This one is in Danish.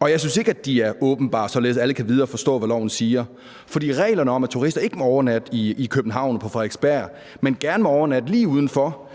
og jeg synes ikke, at de er åbenbare, således at alle kan vide og forstå, hvad loven siger. For reglerne om, at turister ikke må overnatte i København og på Frederiksberg, men gerne må overnatte lige uden for